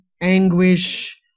anguish